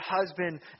husband